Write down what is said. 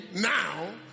now